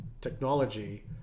technology